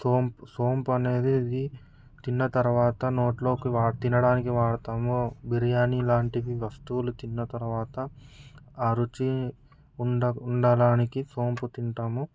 సోంపు సోంపు అనేది తిన్న తర్వాత వా నోటిలో తినడానికి వాడుతాము బిర్యానీ లాంటి వస్తువులు తిన్న తర్వాత ఆ రుచి ఉండ ఉండడానికి సోంపు తింటాము